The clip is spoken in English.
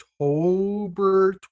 october